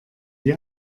die